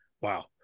Wow